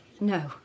No